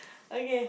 okay